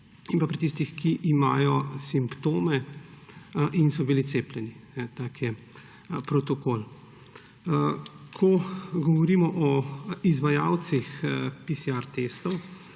in pri tistih, ki imajo simptome in so bili cepljeni. Tak je protokol. Ko govorimo o izvajalcih testov